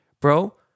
Bro